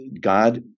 god